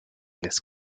least